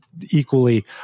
equally